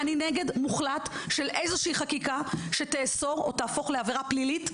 אני נגד מוחלט של איזושהי חקיקה שתאסור או תהפוך לעבירה פלילית,